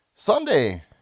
sunday